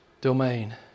domain